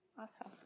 Awesome